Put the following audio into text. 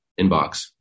inbox